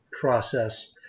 process